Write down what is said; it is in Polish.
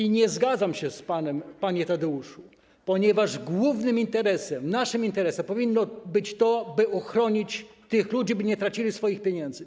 I nie zgadzam się z panem, panie Tadeuszu, ponieważ głównym interesem, naszym interesem powinno być to, by ochronić tych ludzi, by nie tracili swoich pieniędzy.